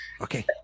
Okay